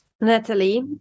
Natalie